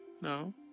No